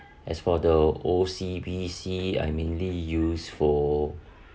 as for the O_C_B_C I mainly use for